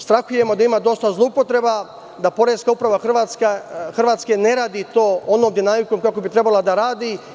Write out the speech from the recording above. Strahujemo da ima dosta zloupotreba, da Poreska uprava Hrvatske ne radi to onom dinamikom kako bi trebalo da radi.